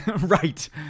Right